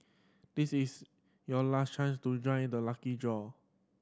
this is your last chance to join the lucky draw